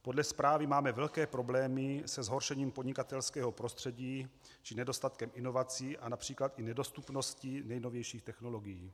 Podle zprávy máme velké problémy se zhoršením podnikatelského prostředí či nedostatkem inovací a například i nedostupností nejnovějších technologií.